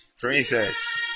Princess